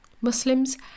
muslims